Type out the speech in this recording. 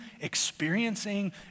experiencing